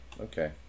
Okay